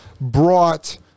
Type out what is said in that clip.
brought